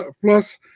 Plus